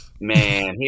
Man